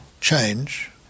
change